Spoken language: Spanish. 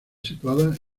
situadas